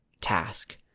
task